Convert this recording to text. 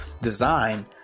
design